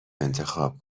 انتخاب